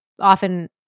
often